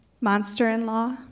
Monster-in-law